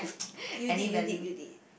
you did you did you did